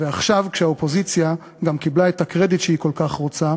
ועכשיו כשהאופוזיציה גם קיבלה את הקרדיט שהיא כל כך רוצה,